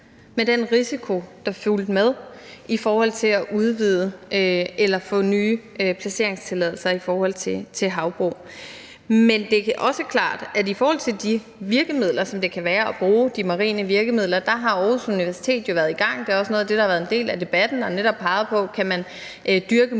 med den risiko, der fulgte med, i forhold til at udvide eller få nye placeringstilladelser i forhold til havbrug. Men det er også klart, at i forhold til hvad der kan ligge i at bruge de marine virkemidler, har Aarhus Universitet jo været i gang – det er også noget af det, der har været en del af debatten – og de har netop i forbindelse med